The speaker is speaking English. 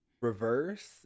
reverse